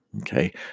Okay